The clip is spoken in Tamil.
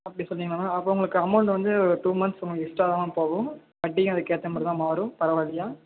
அப்படி சொன்னிங்கன்னா அப்போ உங்களுக்கு அமௌண்ட் வந்து டூ மந்த்ஸ் உங்களுக்கு எக்ஸ்ட்ரா தான் போகும் வட்டியும் அதுக்கு ஏற்றமாரி தான் மாறும் பரவால்லியா